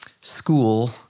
school